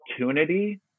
opportunity